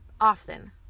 often